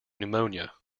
pneumonia